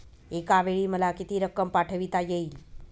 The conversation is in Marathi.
एकावेळी मला किती रक्कम पाठविता येईल?